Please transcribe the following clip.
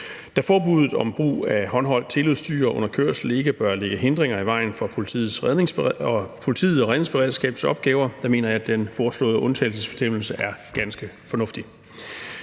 Da forbuddet mod brug af håndholdt teleudstyr under kørsel ikke bør lægge hindringer i vejen for politiets og redningsberedskabets opgaver, mener jeg, at den foreslåede undtagelsesbestemmelse er ganske fornuftig.